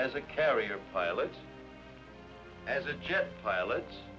as a carrier pilot as a jet pilot